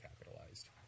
capitalized